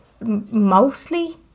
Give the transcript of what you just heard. mostly